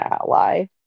ally